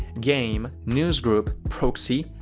game, newsgroup, proxy,